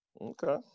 Okay